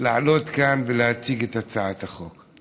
לעלות כאן ולהציג את הצעת החוק?